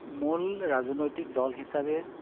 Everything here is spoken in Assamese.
মূল ৰাজনৈতিক দল হিচাপে